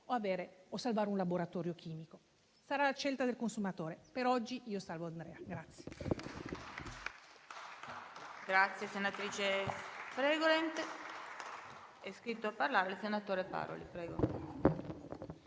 Andrea o salvare un laboratorio chimico; sarà la scelta del consumatore, per oggi io salvo Andrea.